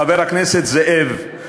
חבר הכנסת זאב,